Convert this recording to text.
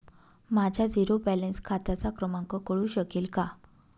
माझ्या zero balance खात्याचा क्रमांक कळू शकेल का?